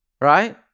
Right